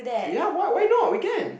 ya why why not we can